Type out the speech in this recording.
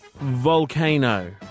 volcano